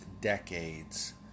decades